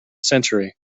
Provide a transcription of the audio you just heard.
century